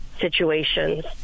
situations